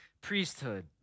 priesthood